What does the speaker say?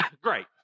Great